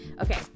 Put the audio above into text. Okay